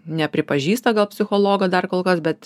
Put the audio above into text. nepripažįsta gal psichologo dar kol kas bet